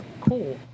Cool